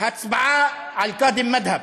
בהצבעה על קאדים מד'הב,